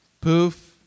Poof